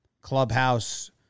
clubhouse